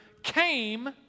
came